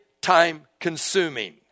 time-consuming